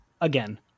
again